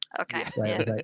Okay